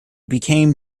became